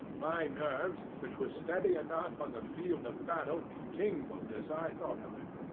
my nerves, which were steady enough on the field of battle tingled as i thought of it.